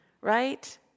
Right